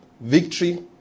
Victory